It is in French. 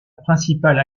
principale